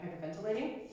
hyperventilating